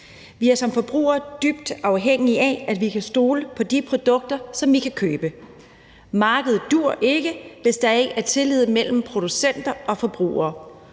Vi er som forbrugere dybt afhængige af, at vi kan stole på de produkter, som vi kan købe. Markedet duer ikke, hvis der ikke er tillid mellem producenter og forbrugere.